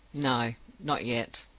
no not yet.